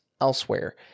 elsewhere